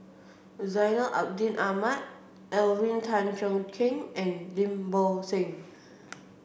Zainal Abidin Ahmad Alvin Tan Cheong Kheng and Lim Bo Seng